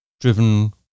driven